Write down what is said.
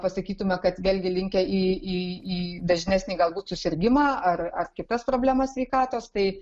pasakytume kad vėlgi linkę į į į į dažnesnį galbūt susirgimą ar kitas problemas sveikatos tai